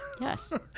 Yes